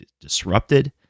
disrupted